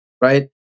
Right